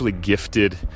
gifted